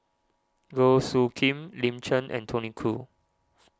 Goh Soo Khim Lin Chen and Tony Khoo